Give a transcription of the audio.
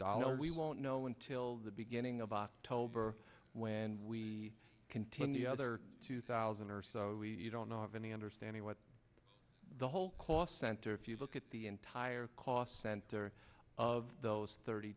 dollars we won't know until the beginning of october when we continue the other two thousand or so we don't know of any understanding what the whole cost center if you look at the entire cost center of those thirty